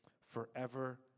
forever